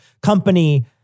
company